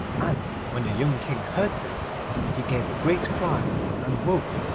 and when the young king heard this he gave a great cry, and woke,